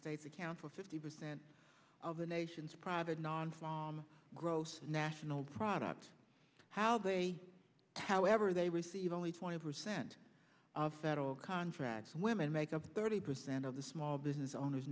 states account for fifty percent of the nation's private non from gross national product how they however they receive only twenty percent of federal contracts women make up thirty percent of the small business owners